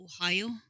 Ohio